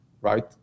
right